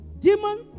Demon